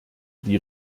die